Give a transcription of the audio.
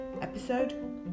episode